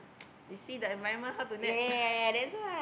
you see the environment how to nap